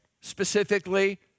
specifically